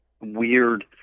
weird